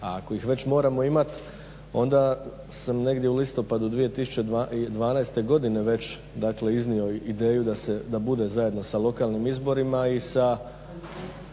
A ako ih već moramo imat, onda sam negdje u listopadu 2012. godine već dakle iznio ideju da se, da bude zajedno sa lokalnim izborima i sa